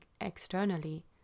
externally